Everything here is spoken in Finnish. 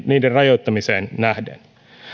niiden rajoittamiseen nähden